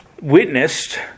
witnessed